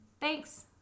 Thanks